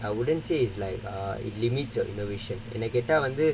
I wouldn't say is like err it limits your innovation என்ன கேட்டா வந்து:enna kettaa vandhu